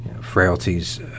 Frailties